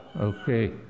Okay